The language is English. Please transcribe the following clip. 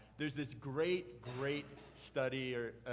there's this great, great study, or,